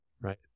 Right